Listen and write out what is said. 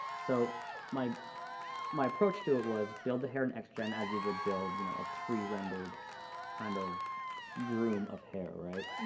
so my my approach to it was build the hair in xgen as you would build you know a prerendered kind of groom of hair right?